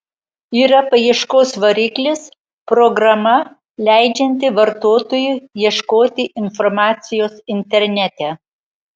yra paieškos variklis programa leidžianti vartotojui ieškoti informacijos internete